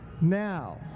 Now